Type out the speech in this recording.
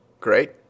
Great